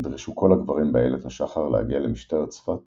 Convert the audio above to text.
נדרשו כל הגברים באיילת השחר להגיע למשטרת צפת